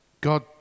God